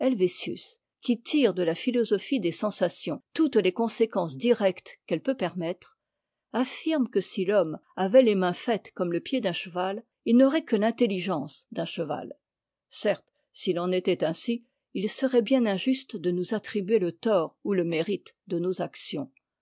qui tire de la philosophie des sensations toutes lés conséquences directes qu'elle peut permettre afsrme que si l'homme avait les mains faites comme le pied d'un cheval il n'aurait que l'intelligencé d'un chevalcertes s'il en était ainsi il serait bien injuste'de nous attribuer le tort ou te mérite de nos actions